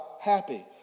happy